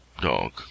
dog